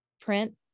print